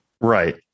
Right